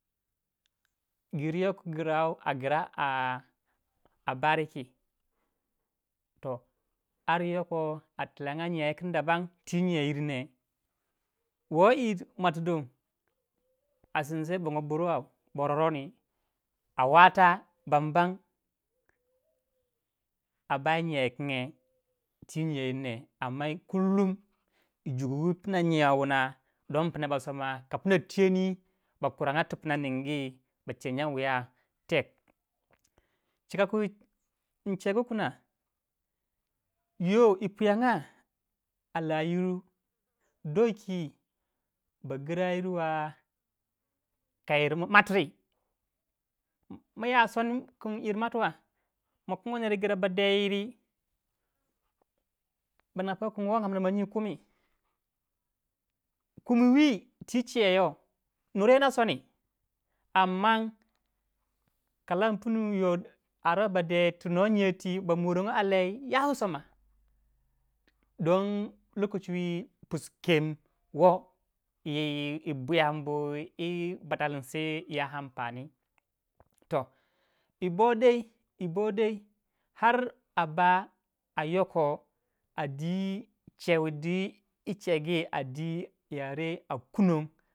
Giryou ki grau a bariki har yokoh a tilanga nyon wukun dabam twi nyayirne wo yi wu mwati dong wei wukunge a sinsei bong burwaw a wata ban bam a bayi nyau yikinge twi nyiayir ne amma kule yi jukuugu pna nyau wuna don pna ba soma ka pina tiyoni ba kuranga ti pina ningu ba che nyan wu ya tek cika kun cegu kna yo yi pwiyanga alayiru dokwi bagrayirwa ka yir matri maya soni kin yir matwa ma kingoy nerygra ba de yiri ba ninga kin ong amna nyi kumi. kumi whi twi chiya yoh nur ya na soni kalan punu yoh aroh ba de tu no nyiya twi ba morongo a lai ya wu soma. don am man pisu kem woh yih buyan bu yi batalinsi ya ampani yi bo yibo yokoh a dwi che di yi chegi yi soma nenem yi yoh.